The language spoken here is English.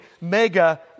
mega